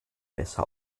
besser